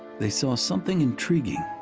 they saw something intriguing.